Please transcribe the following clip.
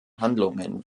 handlungen